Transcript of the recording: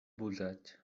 busseig